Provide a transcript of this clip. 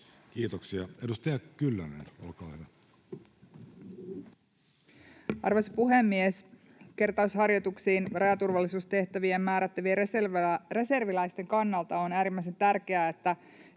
muuttamisesta Time: 14:10 Content: Arvoisa puhemies! Kertausharjoituksiin rajaturvallisuustehtäviin määrättävien reserviläisten kannalta on äärimmäisen tärkeää, että